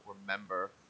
remember